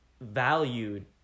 valued